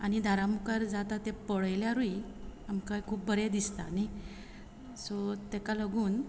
आनी दारा मुखार जाता ते पळयल्यारूय आमकां खूब बरें दिसता न्ही सो ताका लागून